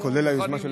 כולל היוזמה של,